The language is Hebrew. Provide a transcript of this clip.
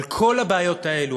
על כל הבעיות האלה,